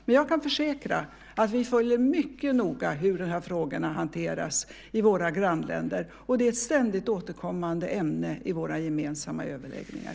Men jag kan försäkra att vi mycket noga följer hur de här frågorna hanteras i våra grannländer, och det är ett ständigt återkommande ämne i våra gemensamma överläggningar.